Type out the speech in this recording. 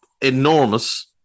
enormous